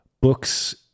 books